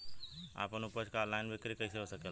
आपन उपज क ऑनलाइन बिक्री कइसे हो सकेला?